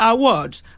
Awards